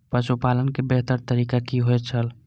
पशुपालन के बेहतर तरीका की होय छल?